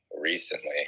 recently